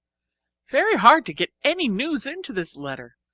very hard to get any news into this letter!